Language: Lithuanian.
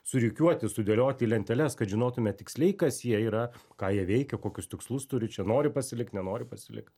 surikiuoti sudėlioti į lenteles kad žinotume tiksliai kas jie yra ką jie veikia kokius tikslus turi čia nori pasilikt nenori pasilikt